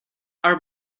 are